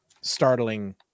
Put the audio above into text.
startling